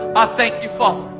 i thank you, father.